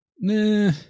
Nah